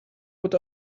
what